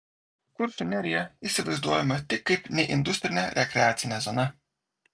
kuršių nerija įsivaizduojama tik kaip neindustrinė rekreacinė zona